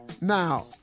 Now